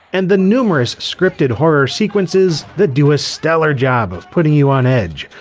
and the numerous scripted horror sequences that do a stellar job of putting you on edge,